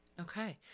Okay